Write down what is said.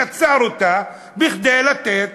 יצר אותה כדי לתת